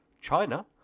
China